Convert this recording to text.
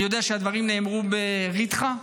אני יודע שהדברים נאמרו ברתחה,